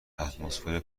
اتمسفر